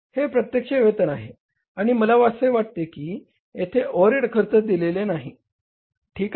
हे प्रत्यक्ष वेतन आहे आणि मला असे वाटते की येथे ओव्हरहेड खर्च दिलेली नाही ठीक आहे